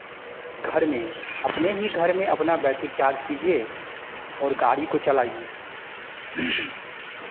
घर में अपने ही घर में अपना बैटरीक चार्ज़ कीजिए और गाड़ी को चलाइए